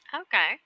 okay